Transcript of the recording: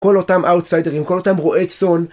כל אותם אאוטסיידרים, כל אותם רועי צאן